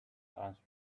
answered